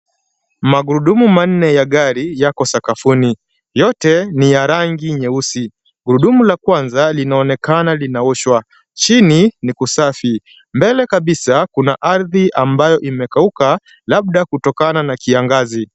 Magurudumu manne ya gari yako sakafuni, yote ni ya rangi nyeusi. Gurudumu la kwanza, linaonekana linaoshwa, chini ni kusafi. Mbele kabisa kuna ardhi ambayo imekauka labda kutokana na kiangazi.